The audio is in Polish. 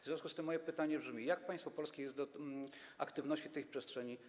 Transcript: W związku z tym moje pytanie brzmi: Jak państwo polskie jest przygotowane do aktywności w tej przestrzeni?